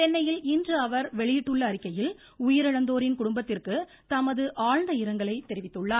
சென்னையில் இன்று அவர் வெளியிட்டுள்ள அறிக்கையில் உயிரிழந்தோரின் குடும்பத்திற்கு தமது ஆழ்ந்த இரங்கலை தெரிவித்துள்ளார்